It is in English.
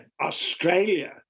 Australia